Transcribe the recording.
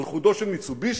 על חודו של "מיצובישי"?